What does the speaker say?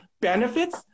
benefits